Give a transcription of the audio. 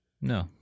No